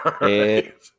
right